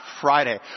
Friday